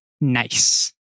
nice